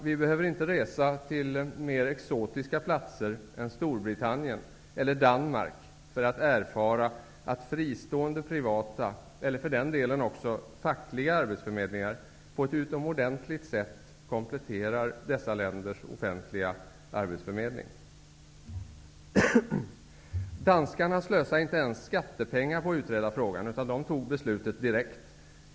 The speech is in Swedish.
Vi behöver inte resa till mer exotiska platser än Storbritannien eller Danmark för att erfara att fristående privata, eller för den delen också fackliga, arbetsförmedlingar på ett utomordentligt sätt kompletterar dessa länders offentliga arbetsförmedling. Danskarna slösade inte ens skattepengar på att utreda frågan utan fattade beslutet direkt.